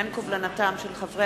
ברשות